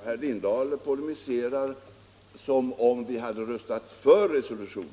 Herr talman! Herr Lindahl i Hamburgsund polemiserar som om vi hade röstat för resolutionen.